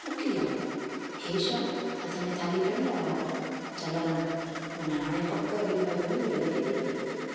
चौकी विया इहो छा हथ में थाली खणी आहियो आहे जलाराम माना हाणे पक वीरबाई मञी वेई लॻे थी पेई